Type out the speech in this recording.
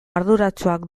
arduratsuak